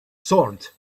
sword